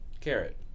carrot